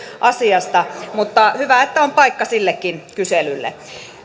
asiasta mutta hyvä että on paikka sillekin kyselylle